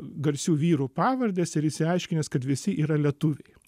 garsių vyrų pavardes ir išsiaiškinęs kad visi yra lietuviai